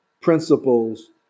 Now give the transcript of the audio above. principles